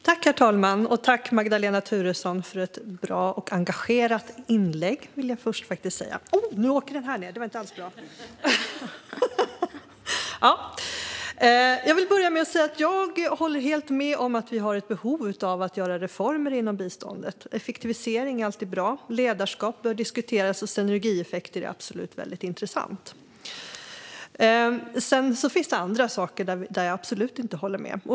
Herr talman! Tack, Magdalena Thuresson, för ett bra och engagerat inlägg, vill jag först säga. Jag håller helt med om att vi har ett behov av att göra reformer inom biståndet. Effektivisering är alltid bra, ledarskap bör diskuteras och synergieffekter är väldigt intressant. Sedan finns det andra saker där jag absolut inte håller med.